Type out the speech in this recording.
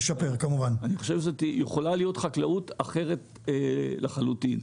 אני חושב שזו יכולה להיות חקלאות אחרת לחלוטין.